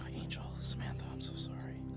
angel, samantha, i'm so sorry!